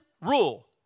rule